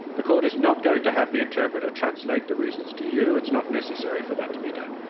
the court is not going to have the interpreter translate the reasons to you. it's not necessary for that to be done.